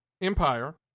empire